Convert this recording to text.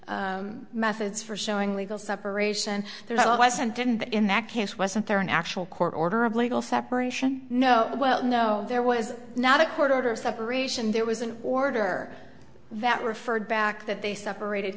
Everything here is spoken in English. methods for showing legal separation there was and didn't but in that case wasn't there an actual court order of legal separation no well no there was not a court order of separation there was an order that referred back that they separated